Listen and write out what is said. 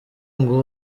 ngo